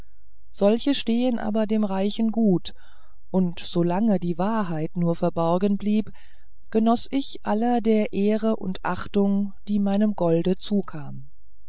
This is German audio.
solche stehen aber dem reichen gut und so lange die wahrheit nur verborgen blieb genoß ich aller der ehre und achtung die meinem golde zukam